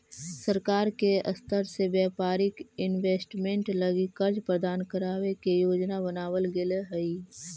सरकार के स्तर से व्यापारिक इन्वेस्टमेंट लगी कर्ज प्रदान करावे के योजना बनावल गेले हई